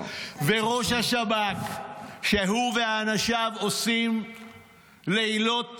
וראש השב"כ, שהוא ואנשיו עושים לילות